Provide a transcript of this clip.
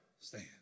stand